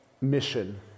mission